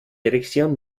dirección